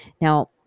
Now